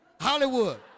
Hollywood